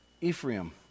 Ephraim